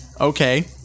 Okay